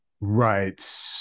right